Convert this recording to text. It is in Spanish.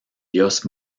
dios